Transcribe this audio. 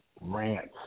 rants